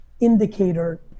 indicator